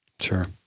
Sure